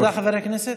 תודה, חבר הכנסת.